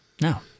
No